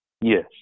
yes